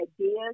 ideas